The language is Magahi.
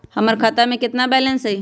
हमर खाता में केतना बैलेंस हई?